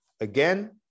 Again